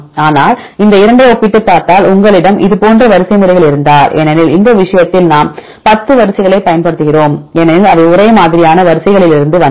ஆனால் இந்த 2 ஐ ஒப்பிட்டுப் பார்த்தால் உங்களிடம் இதேபோன்ற வரிசைமுறைகள் இருந்தால் ஏனெனில் இந்த விஷயத்தில் நாம் 10 வரிசைகளைப் பயன்படுத்துகிறோம் ஏனெனில் அவை ஒரே மாதிரியான வரிசைகளிலிருந்து வந்தவை